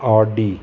Audi